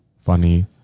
funny